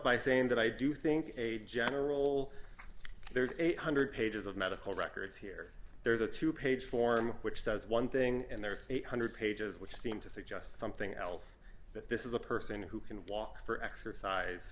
by saying that i do think a general there's eight hundred pages of medical records here there's a two page form which says one thing and there are eight hundred pages which seem to suggest something else but this is a person who can walk for exercise